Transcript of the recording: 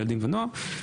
ילדים ונוער,